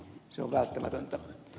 se on välttämätöntä